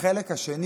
החלק השני